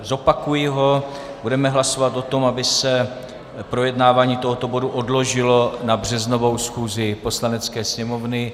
Zopakuji ho, budeme hlasovat o tom, aby se projednávání tohoto bodu odložilo na březnovou schůzi Poslanecké sněmovny.